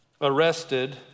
arrested